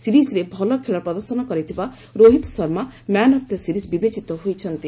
ସିରିଜ୍ରେ ଭଲ ଖେଳ ପ୍ରଦର୍ଶନ କରିଥିବା Rohit Sharma man of the series ବିବେଚିତ ହୋଇଛନ୍ତି